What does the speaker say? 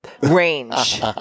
range